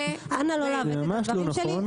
אנא לא לעוות את הדברים שלי,